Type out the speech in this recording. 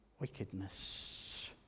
wickedness